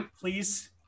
Please